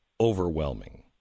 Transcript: overwhelming